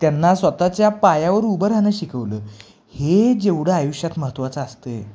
त्यांना स्वतःच्या पायावर उभं राहणं शिकवलं हे जेवढं आयुष्यात महत्त्वाचं असतंय